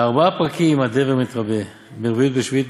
בארבעה פרקים הדבר מתרבה: ברביעית ובשביעית,